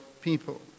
people